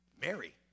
Mary